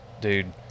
dude